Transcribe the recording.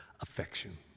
affection